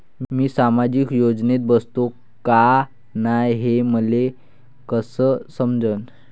मी सामाजिक योजनेत बसतो का नाय, हे मले कस समजन?